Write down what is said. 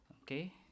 Okay